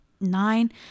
Nine